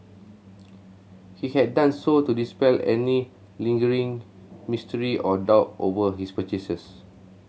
he had done so to dispel any lingering mystery or doubt over his purchases